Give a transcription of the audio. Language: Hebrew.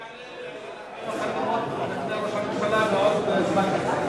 גם יעלה את נושא 40 החתימות בעוד זמן קצר,